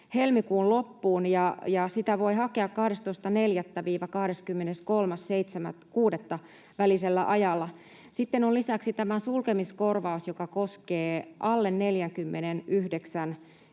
helmikuun loppuun ja sitä voi hakea 12.4.—23.6. välisellä ajalla. Sitten on lisäksi tämä sulkemiskorvaus, joka koskee alle 49